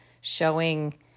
showing